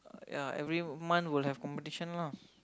ya every month will have competition lah